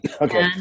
Okay